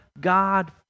God